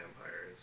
vampires